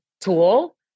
tool